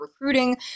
recruiting